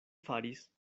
faris